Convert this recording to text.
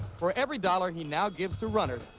for every dollar he now gives to runners,